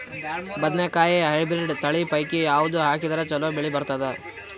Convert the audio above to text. ಬದನೆಕಾಯಿ ಹೈಬ್ರಿಡ್ ತಳಿ ಪೈಕಿ ಯಾವದು ಹಾಕಿದರ ಚಲೋ ಬೆಳಿ ಬರತದ?